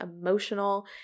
emotional